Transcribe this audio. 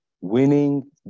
winning